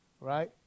right